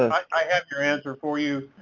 i have your answer for you.